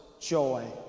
joy